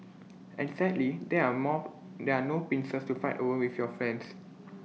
and sadly there are more there are no pincers to fight over with your friends